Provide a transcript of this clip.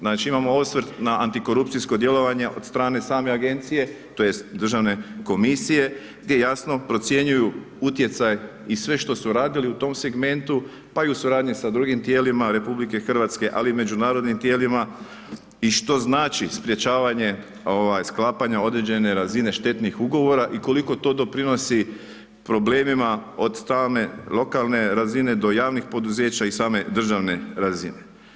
Znači imamo osvrt na antikorupcijsko djelovanje od strane same agencije, tj. državne komisije gdje jasno procjenjuju utjecaj i sve što su radili u tom segmentu pa i u suradnji sa drugim tijelima RH ali i međunarodnim tijelima i što znači sprječavanje sklapanja određene razine štetnih ugovora i koliko to doprinosi problemima od strane lokalne razine do javnih poduzeća i same državne razine.